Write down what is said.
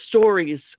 stories